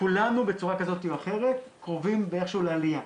כולנו בצורה כזאת או אחרת קרובים איכשהו לעלייה.